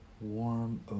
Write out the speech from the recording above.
warm